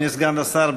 אדוני סגן השר,